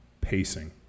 pacing